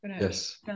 Yes